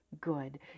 good